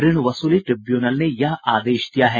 ऋण वसूली ट्रिब्यूनल ने यह आदेश दिया है